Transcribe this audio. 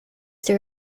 there